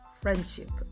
friendship